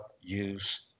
use